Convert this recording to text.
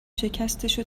شکستشو